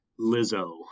Lizzo